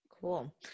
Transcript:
Cool